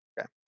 Okay